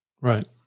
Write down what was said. Right